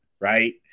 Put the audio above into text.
right